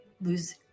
lose